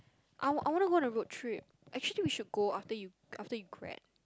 I want I want to go road trip actually we should go after you after you grad